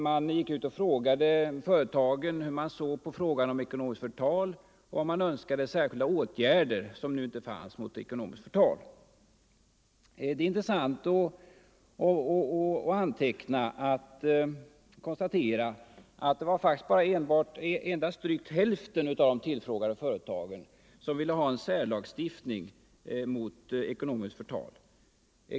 Man gick ut och frågade företrädare för företag hur de såg på frågan om ekonomiskt förtal och om önskade särskilda åtgärder mot ekonomiskt förtal. Det är intressant att konstatera att faktiskt endast drygt hälften av de tillfrågade företagen ville ha en särlagstiftning mot ekonomiskt förtal.